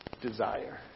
desire